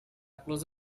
close